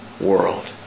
world